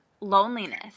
loneliness